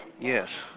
yes